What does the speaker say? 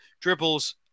Dribbles